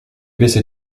baissé